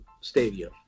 Stadium